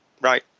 Right